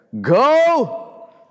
go